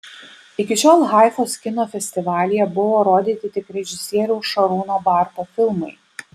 iki šiol haifos kino festivalyje buvo rodyti tik režisieriaus šarūno barto filmai